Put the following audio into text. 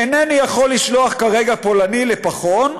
אינני יכול לשלוח כרגע פולני לפחון,